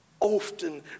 Often